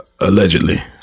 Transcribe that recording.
Allegedly